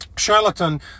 Charlatan